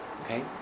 okay